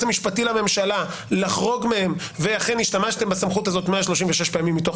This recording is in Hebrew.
המשפטי לממשלה לחרוג מהם ואכן השתמשתם בסמכות הזו 136 פעמים מתוך